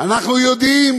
אנחנו יודעים